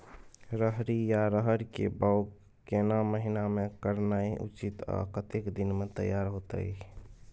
रहरि या रहर के बौग केना महीना में करनाई उचित आ कतेक दिन में तैयार होतय?